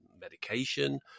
medication